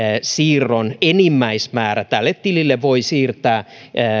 siirron enimmäismäärä tälle tilille voi siirtää